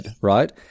right